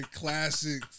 classic